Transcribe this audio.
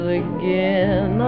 again